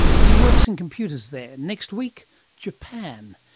he works in computers there. next week japan!